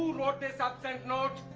who wrote this absent note?